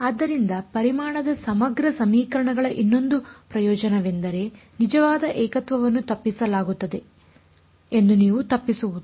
ಆದ್ದರಿಂದ ಪರಿಮಾಣದ ಸಮಗ್ರ ಸಮೀಕರಣಗಳ ಇನ್ನೊಂದು ಪ್ರಯೋಜನವೆಂದರೆ ನಿಜವಾದ ಏಕತ್ವವನ್ನು ತಪ್ಪಿಸಲಾಗುತ್ತಿದೆ ಎಂದು ನೀವು ತಪ್ಪಿಸುವುದು